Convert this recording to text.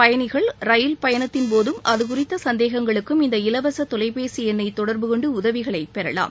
பயணிகள் ரயில் பயணத்தின்போதும் அது குறித்த சந்தேகங்களுக்கும் இந்த இலவச தொலைபேசி எண்ணை தொடர்பு கொண்டு உதவிகளை பெறலாம்